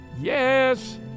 Yes